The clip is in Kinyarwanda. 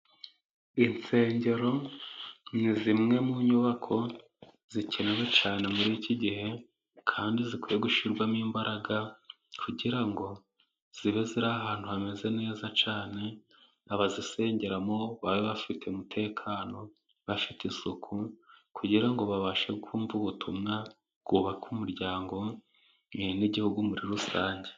Insengero ni zimwe mu nyubako zikenewe cyane muri iki gihe, kandi zikwiye gushyirwamo imbaraga, kugira ngo zibe ziri ahantu hameze neza cyane, abazisengeramo babe bafite umutekano, bafite isuku kugira ngo babashe kumva ubutumwa bwubaka umuryango n'igihugu muri rusange.